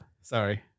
sorry